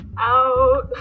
out